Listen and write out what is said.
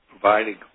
providing